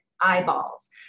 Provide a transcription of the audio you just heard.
eyeballs